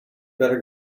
better